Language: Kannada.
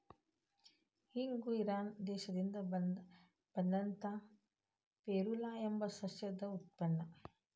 ಇಂಗು ಇರಾನ್ ದೇಶದಿಂದ ಬಂದಂತಾ ಫೆರುಲಾ ಎಂಬ ಸಸ್ಯದ ಉತ್ಪನ್ನ